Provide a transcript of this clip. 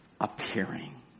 Appearing